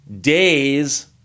days